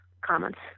comments